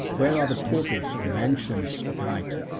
where are the portals and mansions of night,